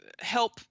help